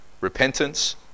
repentance